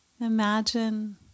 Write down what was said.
Imagine